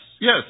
yes